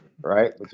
Right